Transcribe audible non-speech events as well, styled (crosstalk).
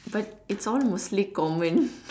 but is all mostly common (laughs)